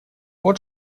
вот